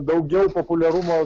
daugiau populiarumo